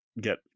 get